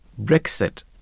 Brexit